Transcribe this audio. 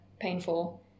painful